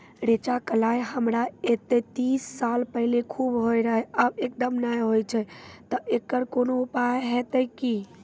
रेचा, कलाय हमरा येते तीस साल पहले खूब होय रहें, अब एकदम नैय होय छैय तऽ एकरऽ कोनो उपाय हेते कि?